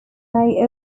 may